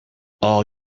all